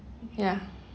ya